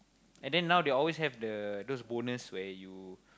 and then now they always have the those bonus where you